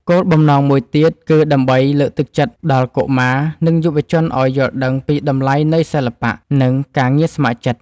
គោលបំណងមួយទៀតគឺដើម្បីលើកទឹកចិត្តដល់កុមារ និងយុវជនឱ្យយល់ដឹងពីតម្លៃនៃសិល្បៈ និងការងារស្ម័គ្រចិត្ត។